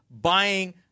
buying